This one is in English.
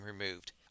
removed